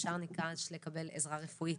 ישר ניגש לקבל עזרה רפואית.